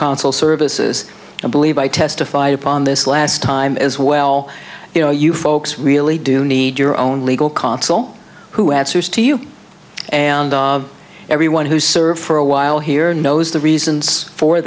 consular services i believe i testified upon this last time as well you know you folks really do need your own legal consul who answers to you and everyone who's served for a while here knows the reasons for